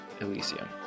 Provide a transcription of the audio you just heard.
Elysium